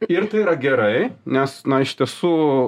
ir tai yra gerai nes na iš tiesų